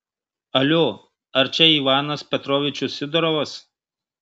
alio ar čia ivanas petrovičius sidorovas